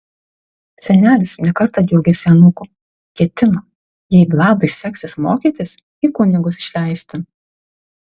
senelis ne kartą džiaugėsi anūku ketino jei vladui seksis mokytis į kunigus išleisti